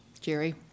Jerry